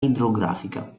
idrografica